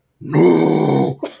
No